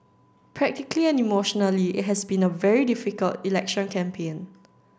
practically and emotionally it has been a very difficult election campaign